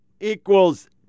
equals